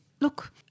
Look